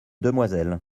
demoiselle